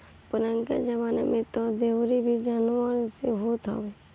पुरनका जमाना में तअ दवरी भी जानवर से होत रहे